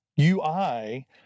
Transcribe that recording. UI